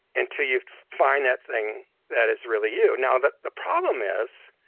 until you find that thing that is really you now, the the problem is,